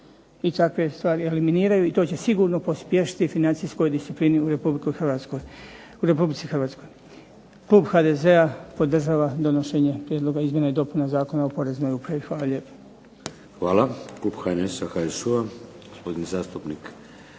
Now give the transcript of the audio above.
i takve stvari eliminiraju i to će sigurno pospješiti financijsku disciplinu u Republici Hrvatskoj. Klub HDZ-a podržava donošenje Prijedloga izmjena i dopuna Zakona o poreznoj upravi. Hvala lijepo.